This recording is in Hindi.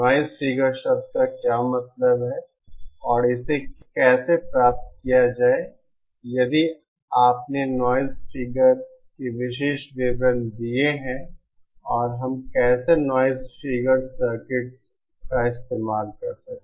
नॉइज़ फिगर शब्द का क्या मतलब है और इसे कैसे प्राप्त किया जाए यदि आपने नॉइज़ फिगर की विशेष विवरण दिए हैं और हम कैसे नॉइज़ फिगर सर्किट्स का इस्तेमाल कर सकते हैं